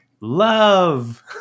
love